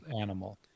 animal